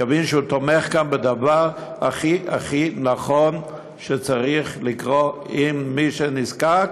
יבין שהוא תומך כאן בדבר הכי הכי נכון שצריך לקרות אם מישהו נזקק.